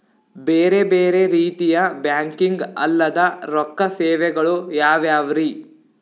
ಬೇರೆ ಬೇರೆ ರೀತಿಯ ಬ್ಯಾಂಕಿಂಗ್ ಅಲ್ಲದ ರೊಕ್ಕ ಸೇವೆಗಳು ಯಾವ್ಯಾವ್ರಿ?